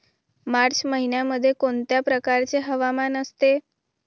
मार्च महिन्यामध्ये कोणत्या प्रकारचे हवामान असते?